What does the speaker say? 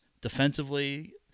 defensively